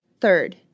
Third